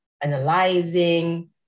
analyzing